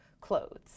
clothes